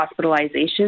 hospitalizations